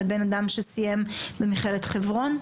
לבין אדם שסיים במכללת חברון?